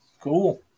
Cool